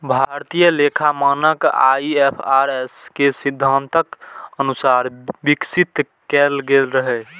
भारतीय लेखा मानक आई.एफ.आर.एस के सिद्धांतक अनुसार विकसित कैल गेल रहै